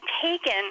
taken